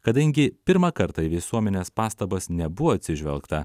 kadangi pirmą kartą į visuomenės pastabas nebuvo atsižvelgta